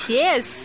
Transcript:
yes